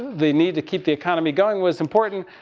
the need to keep the economy going was important.